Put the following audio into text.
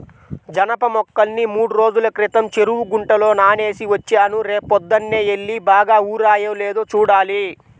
జనప మొక్కల్ని మూడ్రోజుల క్రితం చెరువు గుంటలో నానేసి వచ్చాను, రేపొద్దన్నే యెల్లి బాగా ఊరాయో లేదో చూడాలి